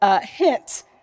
hint